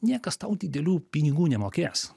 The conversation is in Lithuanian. niekas tau didelių pinigų nemokės